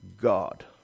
God